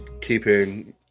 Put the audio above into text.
keeping